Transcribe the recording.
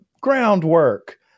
groundwork